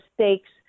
stakes